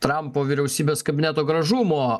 trampo vyriausybės kabineto gražumo